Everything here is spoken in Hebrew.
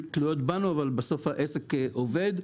אבל בסוף העסק עובד.